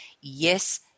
yes